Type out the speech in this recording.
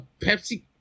Pepsi